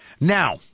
Now